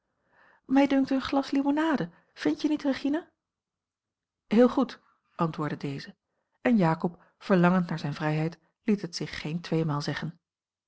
mij dunkt een glas limonade vind je niet regina heel goed antwoordde deze en jacob verlangend naar zijne vrijheid liet het zich geen tweemaal zeggen